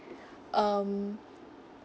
um